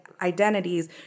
identities